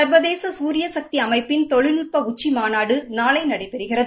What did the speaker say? சா்வதேச சூரிய சக்தி அமைப்பின் தொழில்நுட்ப உச்சிமாநாடு நாளை நடைபெறுகிறது